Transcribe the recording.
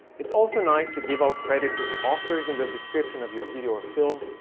it's also nice to give out credit to the authors in the description of your video or film,